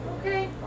Okay